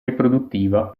riproduttiva